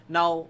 now